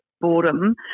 boredom